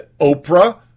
Oprah